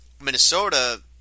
Minnesota